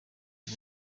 ubu